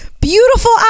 beautiful